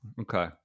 Okay